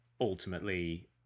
ultimately